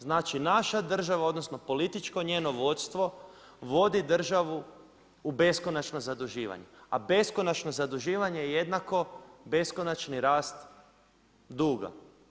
Znači naša država, odnosno političko njeno vodstvo, vodi državu u beskonačno zaduživanje, a beskonačno zaduživanje je jednako beskonačni rast duga.